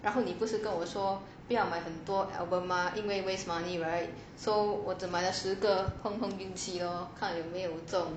然后你不是跟我说不要买很多 album 吗因为 waste money right so 我只买了十个碰碰运气看有没有中